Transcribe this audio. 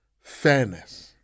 Fairness